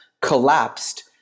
collapsed